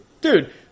Dude